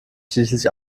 schließlich